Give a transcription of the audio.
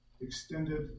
extended